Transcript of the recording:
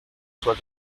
soit